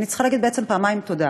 אני צריכה להגיד בעצם פעמיים תודה.